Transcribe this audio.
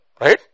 right